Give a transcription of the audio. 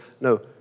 no